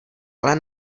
ale